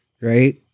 right